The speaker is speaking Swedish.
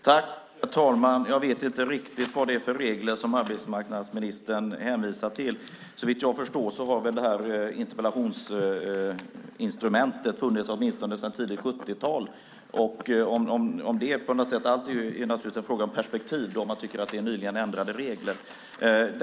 Herr talman! Jag vet inte riktigt vilka regler som arbetsmarknadsministern hänvisar till. Såvitt jag förstår har detta interpellationsinstrument funnits åtminstone sedan tidigt 70-tal. Allt är naturligtvis en fråga om perspektiv när det gäller om man tycker att det är nyligen ändrade regler.